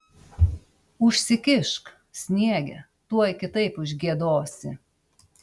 užsikišk sniege tuoj kitaip užgiedosi